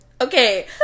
okay